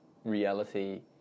Reality